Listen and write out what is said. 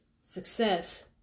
success